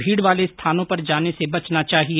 भीड़ वाले स्थानों पर जाने से बचना चाहिए